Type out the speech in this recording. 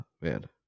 man